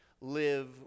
live